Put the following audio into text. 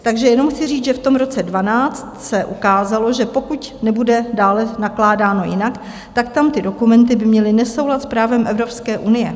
Takže jenom chci říct, že v roce 2012 se ukázalo, že pokud nebude dále nakládáno jinak, tak tam ty dokumenty by měly nesoulad s právem Evropské unie.